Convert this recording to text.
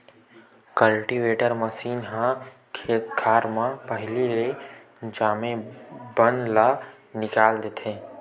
cultivator machine ह खेत खार म पहिली ले जामे बन ल निकाल देथे